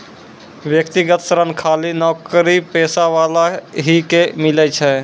व्यक्तिगत ऋण खाली नौकरीपेशा वाला ही के मिलै छै?